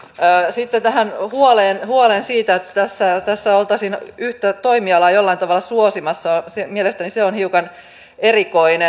sitten tähän huoleen siitä että tässä oltaisiin yhtä toimialaa jollain tavalla suosimassa mielestäni se on hiukan erikoinen